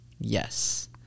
yes